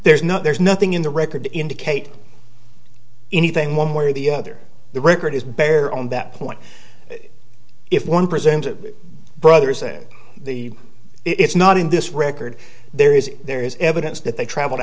there's no there's nothing in the record to indicate anything one way or the other the record is bare on that point if one presumes brothers that the it's not in this record there is there is evidence that they traveled